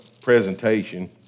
presentation